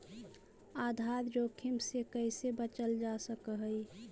आधार जोखिम से कइसे बचल जा सकऽ हइ?